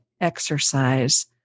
exercise